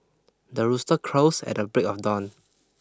the rooster crows at the break of dawn